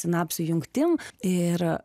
sinapsių jungtim ir